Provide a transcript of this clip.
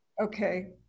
okay